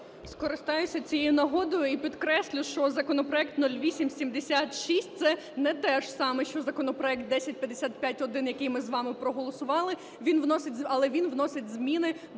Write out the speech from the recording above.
Скористаюсь цією нагодою і підкреслю, що законопроект 0876 – це не теж саме, що законопроект 1055-1, який ми з вами проголосували, але він вносить зміни до